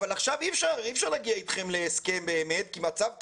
עכשיו אי אפשר להגיע אתכם להסכם באמת כי המצב קשה.